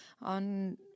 on